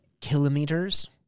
kilometers